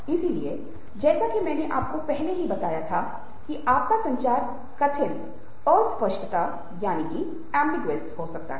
इसलिए जैसा कि मैंने आपको पहले ही बताया था कि आपका संचार कठिन अस्पष्टता हो सकता है